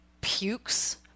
pukes